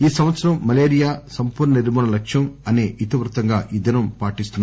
ఈ సంవత్సరం మలేరియా సంపూర్ణ నిర్మూలన లక్యం అసే ఇతి వృత్తంగా ఈ దినం పాటిస్తారు